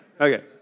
Okay